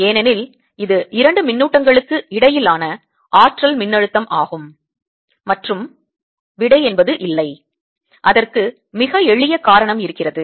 ஏனெனில் இது இரண்டு மின்னூட்டங்களுக்கு இடையிலான ஆற்றல் மின்னழுத்தம் ஆகும் மற்றும் விடை என்பது இல்லை அதற்கு மிக எளிய காரணம் இருக்கிறது